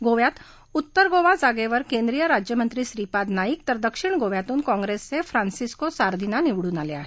गोव्यात उत्तर गोवा जागेवर केंद्रीय राज्यमंत्री श्रीपाद नाईक तर दक्षिण गोव्यातून काँग्रेसचे फ्रान्सिसको सार्दिना निवडून आले आहेत